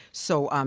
so, um